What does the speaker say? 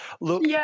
look